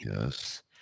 Yes